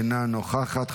אינה נוכחת,